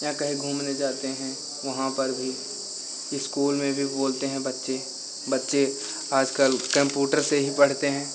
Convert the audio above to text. या कहीं घूमने जाते हैं वहाँ पर भी इस्कूल में भी बोलते हैं बच्चे बच्चे आज कल कम्पूटर से पढ़ते हैं